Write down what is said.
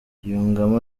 yungamo